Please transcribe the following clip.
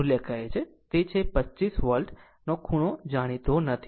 આ મુલ્ય કહે છે તે છે 25 વોલ્ટનો ખૂણો જાણીતો નથી